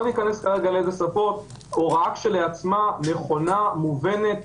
לא ניכנס כרגע איזה שפות הוראה כשלעצמה נכונה ומובנת,